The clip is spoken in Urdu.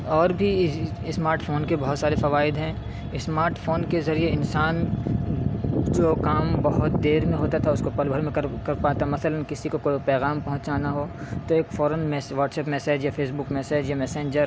اور بھی اسمارٹ فون کے بہت سارے فوائد ہیں اسمارٹ فون کے ذریعے انسان جو کام بہت دیر میں ہوتا تھا اس کو پل بھر میں کر کر پاتے ہیں مثلاً کسی کو کوئی پیغام پہنچانا ہو تو ایک فوراً میسج واٹس ایپ میسج یا فیس بک میسج یا میسینجر